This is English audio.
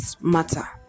matter